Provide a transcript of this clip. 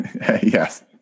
Yes